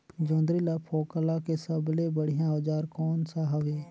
जोंदरी ला फोकला के सबले बढ़िया औजार कोन सा हवे?